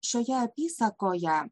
šioje apysakoje